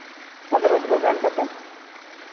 ᱯᱚᱱᱨᱚ ᱥᱚ ᱜᱟᱱ ᱠᱟᱛᱮᱫ